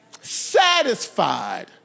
satisfied